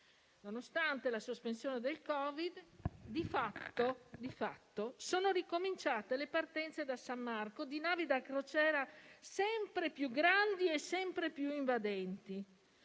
Nonostante la sospensione del Covid, di fatto sono ricominciate le partenze da San Marco di navi da crociera sempre più grandi e sempre più invadenti.